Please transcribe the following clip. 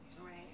Right